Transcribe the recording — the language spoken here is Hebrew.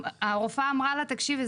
הרופאה אמרה לה 'תקשיבי,